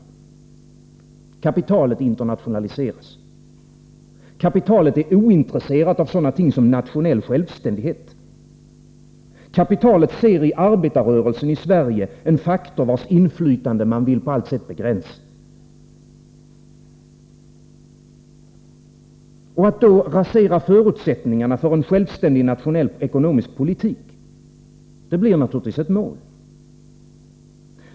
Kapitalet internationaliseras. Kapitalet är ointresserat av sådana ting som nationell självständighet. Det ser i arbetarrörelsen i Sverige en faktor vars inflytande man på allt sätt vill begränsa. Att då rasera förutsättningarna för en självständig, nationell ekonomisk politik blir naturligtvis ett mål.